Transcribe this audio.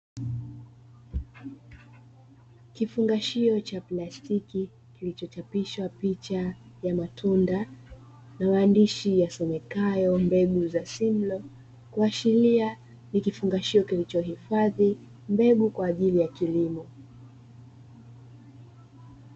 Kifungashio cha plastiki kilichochapishwa picha ya matunda na maandishi yasomekayo "Mbegu za simlo", kuashiria ni kifungashio kilichohifadhi mbegu kwa ajili ya kilimo.